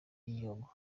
y’igihugu